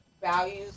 values